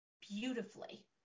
beautifully